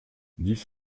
dix